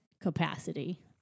capacity